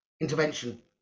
intervention